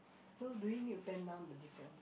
so do we need to pen down the difference